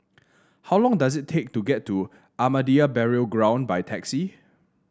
how long does it take to get to Ahmadiyya Burial Ground by taxi